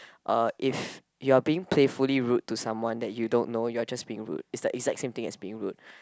uh if you're being playfully rude to someone that you don't know you're just being rude it's like it's the exact same thing as being rude